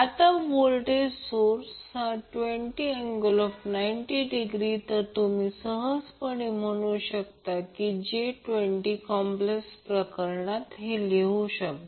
आता voltage source हा 20∠90° तुम्ही सहजपणे हे j20 कॉप्लेक्स प्रकारात लिहू शकता